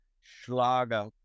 Schlager